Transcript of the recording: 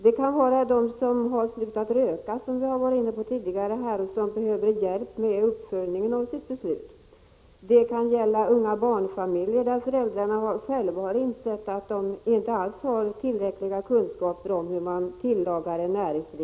Det gäller t.ex. dem som har slutat röka — det har vi tidigare varit inne på här — och som behöver hjälp med uppföljningen av sitt beslut. Det kan också gälla unga barnfamiljer där föräldrarna själva har insett att de inte alls har tillräckliga kunskaper om hur näringsriktig kost tillagas.